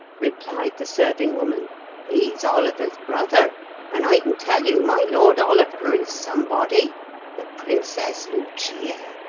replied the serving-woman he's oliver's brother and i can tell you my lord oliver is somebody the princess lucia